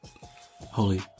Holy